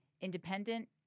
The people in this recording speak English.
independent